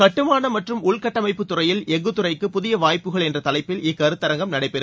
கட்டுமானம் மற்றும் உள்கட்டமைப்பு துறையில் எஃகு துறைக்கு புதிய வாய்ப்புகள் என்ற தலைப்பில் இந்த கருத்தரங்கம் நடைபெறுகிறது